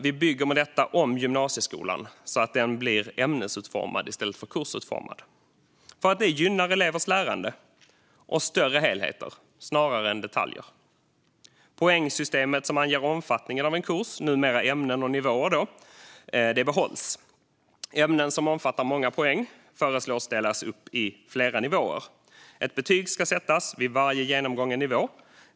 Vi bygger med detta om gymnasieskolan så att den blir ämnesutformad i stället för kursutformad för att det gynnar elevernas lärande och större helheter snarare än detaljer. Poängsystemet som anger omfattningen av en kurs, numera ämnen och nivåer, behålls. Ämnen som omfattar många poäng föreslås delas upp i flera nivåer. Ett betyg ska sättas vid varje genomgången nivå.